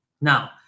now